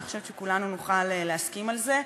אני חושבת שכולנו נוכל להסכים על זה,